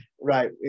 Right